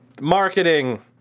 Marketing